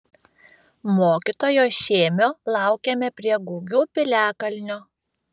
mokytojo šėmio laukėme prie gugių piliakalnio